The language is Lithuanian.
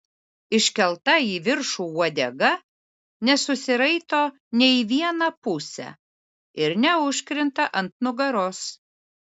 iškelta į viršų uodega nesusiraito nė į vieną pusę ir neužkrinta ant nugaros